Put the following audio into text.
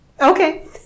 Okay